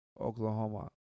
Oklahoma